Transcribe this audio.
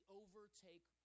overtake